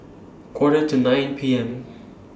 Quarter to nine P M